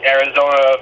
Arizona